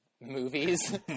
movies